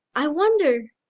i wonder,